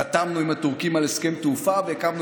חתמנו עם הטורקים על הסכם תעופה והקמנו